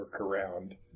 workaround